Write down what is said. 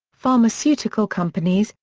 pharmaceutical companies,